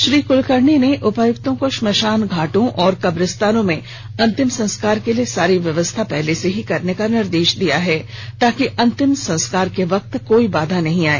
श्री कलकर्णी ने उपायुक्तों को श्मशान घाटों और कब्रिस्तानों में अंतिम संस्कार के लिए सारी व्यवस्था पहले से ही करने का निर्देश दिया है ताकि अंतिम संस्कार के वक्त कोई बाधा नहीं आए